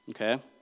Okay